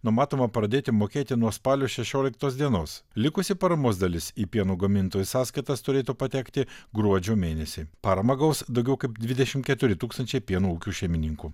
numatoma pradėti mokėti nuo spalio šešioliktos dienos likusi paramos dalis į pieno gamintojų sąskaitas turėtų patekti gruodžio mėnesį paramą gaus daugiau kaip dvidešim keturi tūkstančiai pieno ūkių šeimininkų